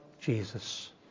Jesus